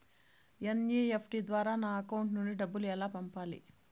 NEFT ద్వారా నా account నుండి డబ్బులు ఎలా పంపాలి